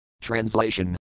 Translation